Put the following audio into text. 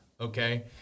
okay